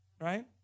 right